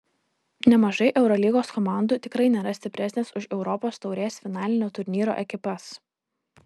nemažai eurolygos komandų tikrai nėra stipresnės už europos taurės finalinio turnyro ekipas